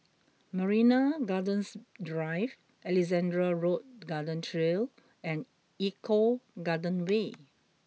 Marina Gardens Drive Alexandra Road Garden Trail and Eco Garden Way